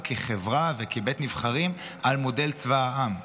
כחברה וכבית נבחרים על מודל צבא העם.